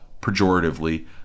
pejoratively